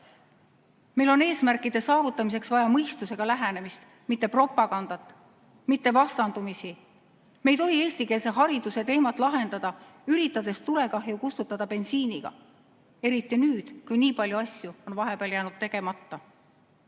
on eesmärkide saavutamiseks vaja mõistusega lähenemist, mitte propagandat, mitte vastandumisi. Me ei tohi eestikeelse hariduse teemat lahendada, üritades tulekahju kustutada bensiiniga. Seda eriti nüüd, kui nii palju asju on vahepeal jäänud tegemata. Eesti